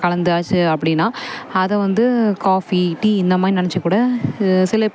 கலந்தாச்சு அப்படினா அதை வந்து காபி டீ இந்தமாதிரி நினைச்சிகூட சிலப்